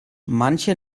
manche